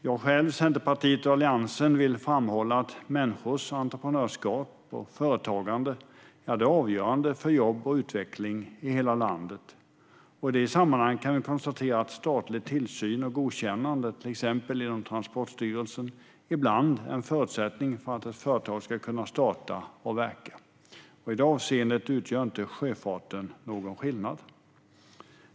Jag själv, Centerpartiet och Alliansen vill framhålla att människors entreprenörskap och företagande är avgörande för jobb och utveckling i hela landet. I det sammanhanget kan vi konstatera att statlig tillsyn och godkännande, till exempel genom Transportstyrelsen, ibland är en förutsättning för att ett företag ska kunna starta och verka. I det avseendet utgör inte sjöfarten något undantag.